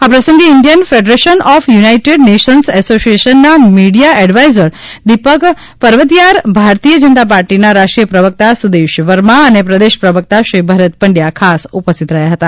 આ પ્રસંગે Indian federation of united nations એસોસિએશનના મિડિયા એડવાઇઝર દિપક પર્વતીયાર ભારતીય જનતા પાર્ટીના રાષ્ટ્રીય પ્રવકતા સુદેશ વર્મા અને પ્રદેશ પ્રવકતા શ્રી ભરત પંડ્યા ખાસ ઉપસ્થિત રહ્યા હતા